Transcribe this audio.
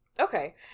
Okay